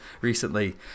recently